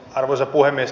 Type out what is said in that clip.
arvoisa puhemies